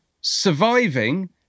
surviving